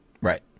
Right